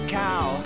cow